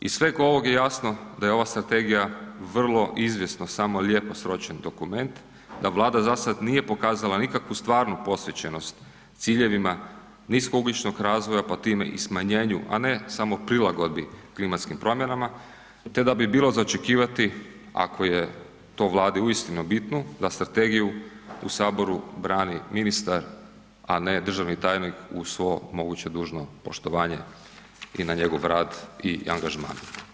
Iz sveg ovog je jasno da je ova strategija vrlo izvjesno samo lijepo sročen dokument, da Vlada za sada nije pokazala nikakvu stvarnu posvećenost ciljevima nisko ugljičnog razvoja pa time i smanjenju, a ne samo prilagodbi klimatskim promjenama te da bi bilo za očekivati, ako je to Vladi uistinu bitno da strategiju u saboru brani ministar, a ne državni tajnik u svo moguće dužno poštovanje i na njegov rad i angažman.